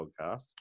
podcast